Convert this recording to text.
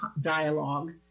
dialogue